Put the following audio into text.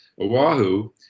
Oahu